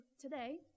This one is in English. today